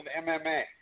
MMA